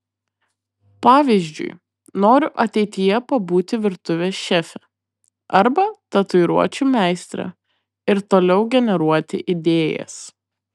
pavyzdžiui noriu ateityje pabūti virtuvės šefe arba tatuiruočių meistre ir toliau generuoti idėjas